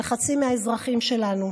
וחצי מהאזרחים שלנו.